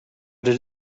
did